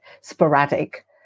sporadic